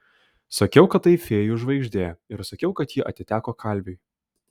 sakiau kad tai fėjų žvaigždė ir sakiau kad ji atiteko kalviui